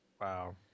Wow